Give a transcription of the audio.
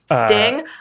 Sting